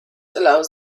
allows